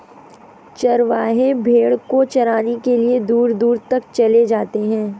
चरवाहे भेड़ को चराने के लिए दूर दूर तक चले जाते हैं